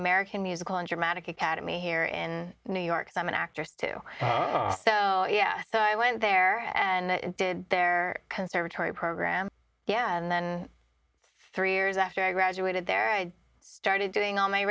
american musical and dramatic academy here in new york so i'm an actress too so yeah so i went there and did their conservatory program yeah and then three years after i graduated there i started doing all my